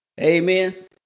Amen